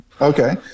Okay